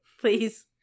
please